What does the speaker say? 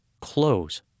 close